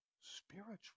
spiritual